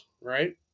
right